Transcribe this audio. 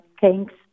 Thanks